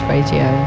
Radio